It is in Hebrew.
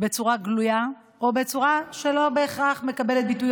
בצורה גלויה או בצורה שלא בהכרח מקבלת ביטוי,